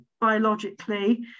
biologically